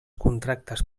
contractes